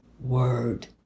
word